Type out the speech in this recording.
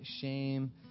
shame